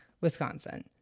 Wisconsin